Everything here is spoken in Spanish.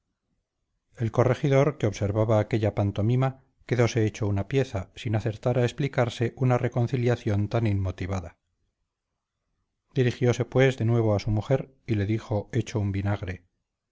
el corregidor que observaba aquella pantomima quedóse hecho una pieza sin acertar a explicarse una reconciliación tan inmotivada dirigióse pues de nuevo a su mujer y le dijo hecho un vinagre